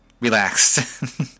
relaxed